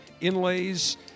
inlays